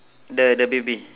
the the baby